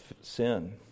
sin